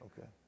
Okay